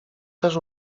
też